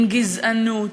עם גזענות,